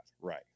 Right